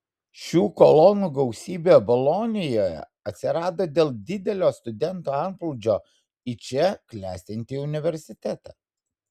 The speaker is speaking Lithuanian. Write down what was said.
šių kolonų gausybė bolonijoje atsirado dėl didelio studentų antplūdžio į čia klestinti universitetą